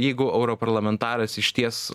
jeigu europarlamentaras išties